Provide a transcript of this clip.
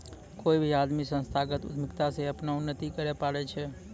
कोय भी आदमी संस्थागत उद्यमिता से अपनो उन्नति करैय पारै छै